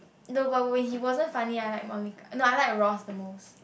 the while when he wasn't funny I like Monic~ not I like the Ross the most